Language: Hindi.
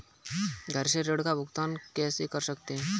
घर से ऋण का भुगतान कैसे कर सकते हैं?